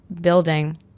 building